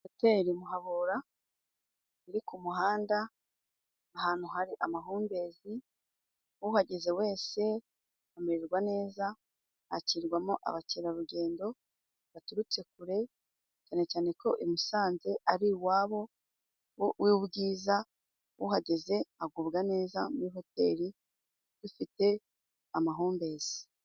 Hoteli Muhabura iri ku muhanda ahantu hari amahumbezi uhageze wese amererwa neza hakirirwamo abakerarugendo baturutse kure cyane cyane ko i Musanze ari iwabo w'ubwiza uhageze agubwa neza muri hoteli bifite amahumbezi.